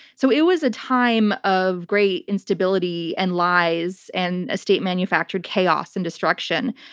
so it was a time of great instability and lies and a state-manufactured chaos and destruction.